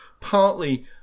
partly